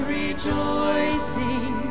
rejoicing